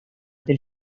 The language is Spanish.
del